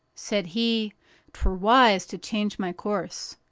said he twere wise to change my course.